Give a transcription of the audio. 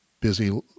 busy